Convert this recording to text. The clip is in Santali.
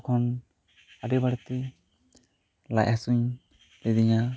ᱛᱚᱠᱷᱚᱱ ᱟᱹᱰᱤ ᱵᱟᱹᱲᱛᱤ ᱞᱟᱡ ᱦᱟᱹᱥᱩ ᱠᱤᱫᱤᱧᱟ